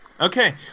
Okay